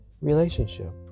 relationship